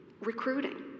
recruiting